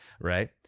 right